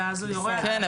כן,